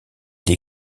des